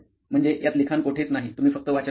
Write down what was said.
म्हणजे यात लिखाण कोठेच नाही तुम्ही फक्त वाचन करता